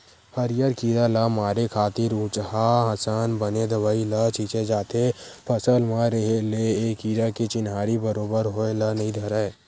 हरियर कीरा ल मारे खातिर उचहाँ असन बने दवई ल छींचे जाथे फसल म रहें ले ए कीरा के चिन्हारी बरोबर होय ल नइ धरय